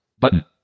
button